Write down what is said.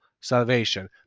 salvation